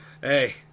hey